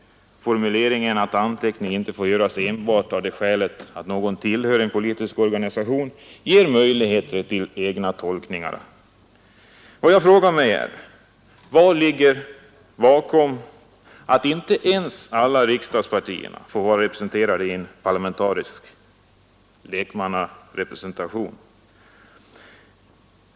Formuleringen att anteckning inte får göras enbart av det skälet att någon tillhör en politisk organisation ger möjligheter till egna tolkningar. Jag frågar mig: Vad ligger bakom att inte ens alla riksdagspartierna får vara med i en parlamentarisk lekmannarepresentation?